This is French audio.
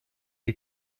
est